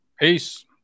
Peace